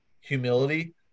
humility